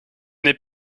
n’ai